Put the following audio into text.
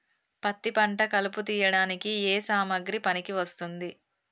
పత్తి పంట కలుపు తీయడానికి ఏ సామాగ్రి పనికి వస్తుంది?